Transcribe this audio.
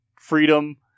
freedom